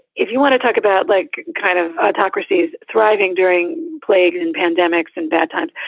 if you want to talk about like kind of ah democracy is thriving during plague and pandemics and bad times.